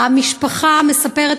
המשפחה מספרת,